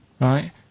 right